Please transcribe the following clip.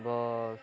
bus